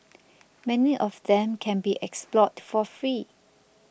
many of them can be explored for free